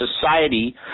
society